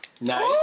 Nice